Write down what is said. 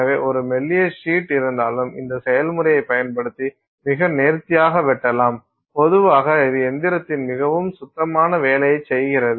எனவே ஒரு மெல்லிய சீட் இருந்தாலும் இந்த செயல்முறையைப் பயன்படுத்தி மிக நேர்த்தியாக வெட்டலாம் பொதுவாக இது எந்திரத்தின் மிகவும் சுத்தமான வேலையைச் செய்கிறது